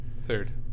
Third